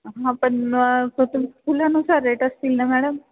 हां पण तुम फुलानुसार रेट असतील ना मॅडम